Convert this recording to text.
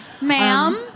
ma'am